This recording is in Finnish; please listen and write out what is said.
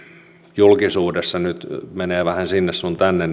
julkisuudessa nyt menevät vähän sinne sun tänne